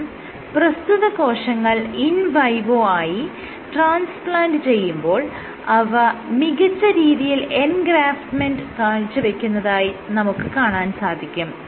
ശേഷം പ്രസ്തുത കോശങ്ങൾ ഇൻ വൈവോയായി ട്രാൻസ്പ്ലാന്റ് ചെയ്യുമ്പോൾ അവ മികച്ച രീതിയിൽ എൻഗ്രാഫ്റ്റ്മെന്റ് കാഴ്ചവെക്കുന്നതായി നമുക്ക് കാണാൻ സാധിക്കും